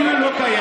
כאילו הוא לא קיים,